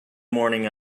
morning